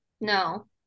No